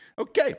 Okay